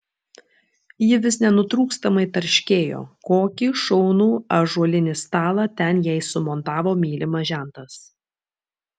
ji vis nenutrūkstamai tarškėjo kokį šaunų ąžuolinį stalą ten jai sumontavo mylimas žentas